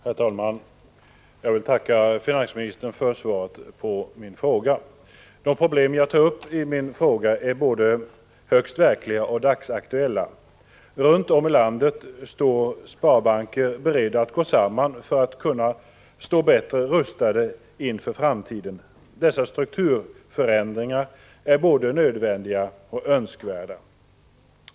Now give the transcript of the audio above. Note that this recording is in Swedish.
Herr talman! Jag vill tacka finansministern för svaret på min fråga. De problem jag tar upp i min fråga är både högst verkliga och dagsaktuella. Runt om i landet står sparbanker beredda att gå samman för att stå bättre rustade inför framtiden. Dessa strukturförändringar är både nödvändiga och önskvärda.